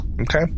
Okay